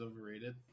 overrated